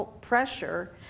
pressure